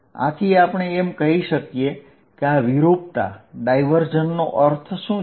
આથી આપણે એમ કહી શકીએ કે આ વિરૂપતા નો અર્થ શું છે